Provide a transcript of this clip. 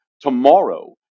tomorrow